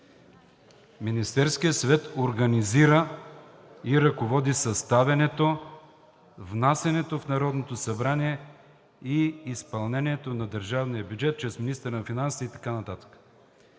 „Министерският съвет организира и ръководи съставянето, внасянето в Народното събрание и изпълнението на държавния бюджет чрез министъра на финансите…“